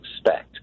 expect